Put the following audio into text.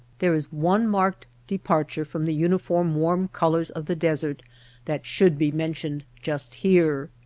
there is one marked departure from the uni form warm colors of the desert that should be mentioned just here.